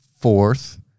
fourth